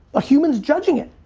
a human's judging it.